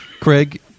Craig